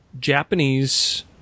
Japanese